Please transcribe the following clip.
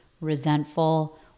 resentful